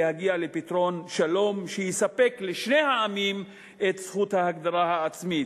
להגיע לפתרון שלום שיספק לשני העמים את זכות ההגדרה העצמית.